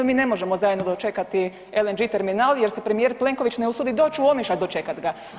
Mi ne možemo zajedno dočekati LNG terminal jer se premijer Plenković ne usudi doći u Omišalj dočekat ga.